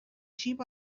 sheep